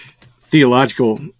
theological